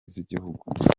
z’igihugu